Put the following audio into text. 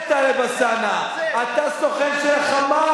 אתה, טלב אלסאנע, אתה סוכן של ה"חמאס".